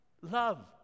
love